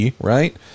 right